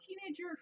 teenager